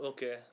Okay